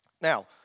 Now